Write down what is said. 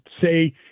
say